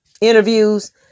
interviews